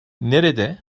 nerede